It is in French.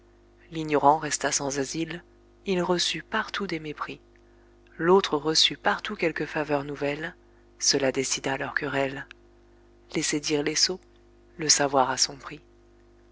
l'ignorant resta sans asile il reçut partout des mépris l'autre reçut partout quelque faveur nouvelle cela décida leur querelle laissez dire les sots le savoir a son prix